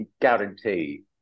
guarantee